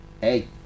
hey